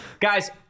Guys